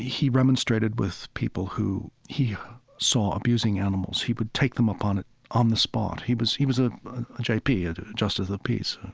he remonstrated with people who he saw abusing animals. he would take them up on it on the spot. he was he was a j p, a justice of the peace,